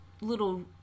little